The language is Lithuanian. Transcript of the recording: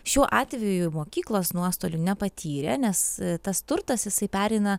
šiuo atveju mokyklos nuostolių nepatyrė nes tas turtas jisai pereina